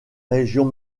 régions